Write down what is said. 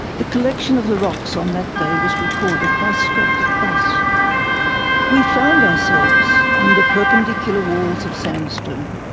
the collection of the rocks on that day was recorded by scott thus we found ourselves under perpendicular walls of sandstone,